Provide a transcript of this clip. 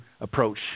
approach